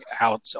out